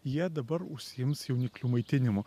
jie dabar užsiims jauniklių maitinimu